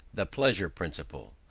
the pleasure-principle,